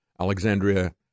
Alexandria